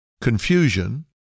confusion